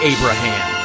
Abraham